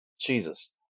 jesus